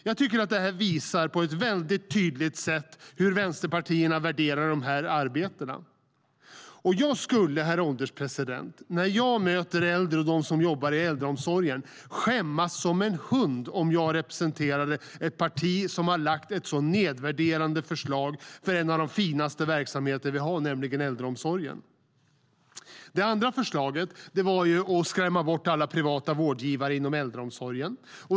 Jag tycker att det visar tydligt hur vänsterpartierna värderar dessa arbeten. Det andra förslaget var att skrämma bort alla privata vårdgivare inom äldreomsorgen.